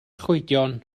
llwydion